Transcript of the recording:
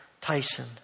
Tyson